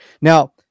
Now